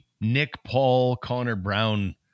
Nick-Paul-Connor-Brown